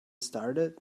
started